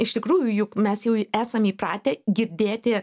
iš tikrųjų juk mes jau esam įpratę girdėti